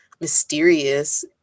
mysterious